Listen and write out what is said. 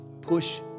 Push